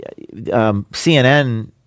CNN